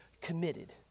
committed